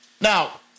Now